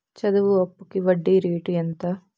చదువు అప్పుకి వడ్డీ రేటు ఎంత?